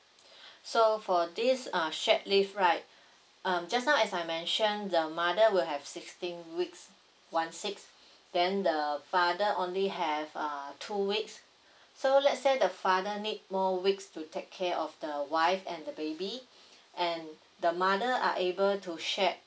so for this uh shared leave right um just now as I mention the mother will have sixteen weeks one six then the father only have uh two weeks so let's say the father need more weeks to take care of the wife and the baby and the mother are able to share